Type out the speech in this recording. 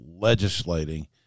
legislating